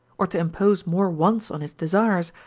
or to impose more wants on his desires,